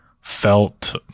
felt